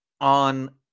on